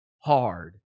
hard